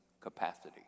capacity